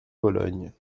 vologne